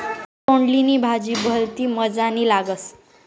तोंडली नी भाजी भलती मजानी लागस